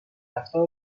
رفتار